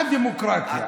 זו הדמוקרטיה.